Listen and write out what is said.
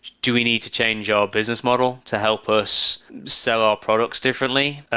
do we need to change our business model to help us sell our products differently?